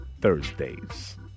Thursdays